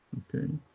okay.